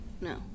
no